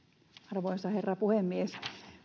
arvoisa herra puhemies